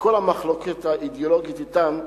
ועם כל המחלוקת האידיאולוגית אתם,